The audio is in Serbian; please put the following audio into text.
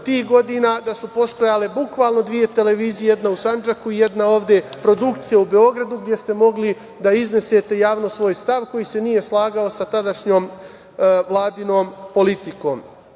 tih godina da su postojale bukvalno dve televizije, jedna u Sandžaku i jedna ovde produkcija u Beogradu, gde ste mogli da iznesete javno svoj stav koji se nije slagao sa tadašnjom Vladinom politikom. Što